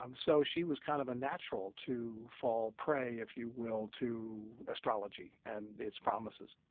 um so she was kind of a natural to fall prey, if you will, to astrology and its promises